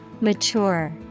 Mature